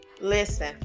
listen